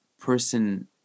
person